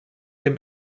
dem